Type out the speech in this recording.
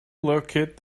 locate